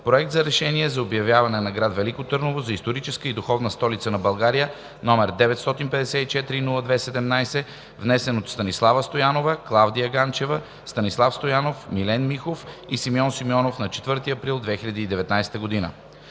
Проект на решение за обявяване на град Велико Търново за „Историческа и духовна столица на България“, № 954-02-17, внесен от Станислава Стоянова, Клавдия Ганчева, Станислав Стоянов, Милен Михов и Симеон Симеонов на 4 април 2019 г.